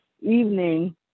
evening